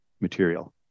material